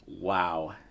Wow